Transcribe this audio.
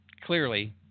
Clearly